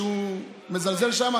שהוא מזלזל שם.